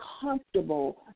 comfortable